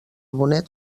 bonet